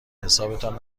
حسابتان